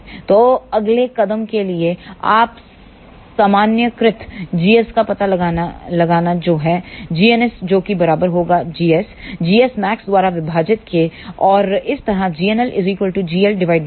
तो अगले कदम के लिए आप सामान्यीकृत gs का पता लगाना जो है gns जोकि बराबर होगा gs gsmax द्वारा विभाजित के और इसी तरह gnl gl glmax